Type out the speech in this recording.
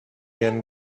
can